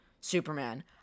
Superman